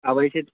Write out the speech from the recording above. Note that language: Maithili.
अबै छी